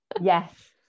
yes